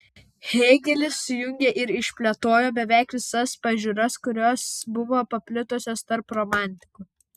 hėgelis sujungė ir išplėtojo beveik visas pažiūras kurios buvo paplitusios tarp romantikų